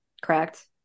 correct